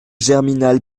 germinal